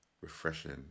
refreshing